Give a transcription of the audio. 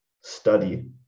study